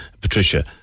Patricia